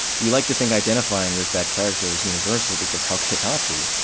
we like to think identifying with that character is universal, because how could it not be,